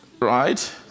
Right